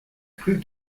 crut